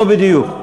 זה לא בדיוק.